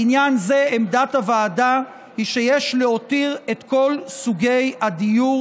בעניין זה עמדת הוועדה היא שיש להותיר את כל סוגי הדיור